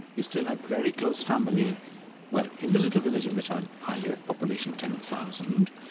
you still have very close family well, in the little village in which ah i live, population ten thousand,